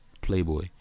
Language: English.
Playboy